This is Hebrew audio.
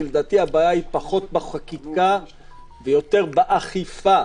לדעתי הבעיה היא פחות בחקיקה ויותר באכיפה,